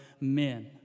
men